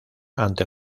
ante